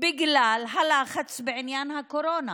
בגלל הלחץ בעניין הקורונה.